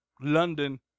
London